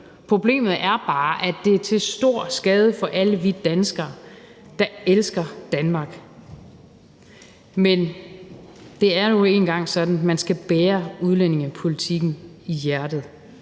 problemet er bare, at det er til stor skade for alle os danskere, der elsker Danmark, men det er nu engang sådan, at man skal bære udlændingepolitikken i hjertet,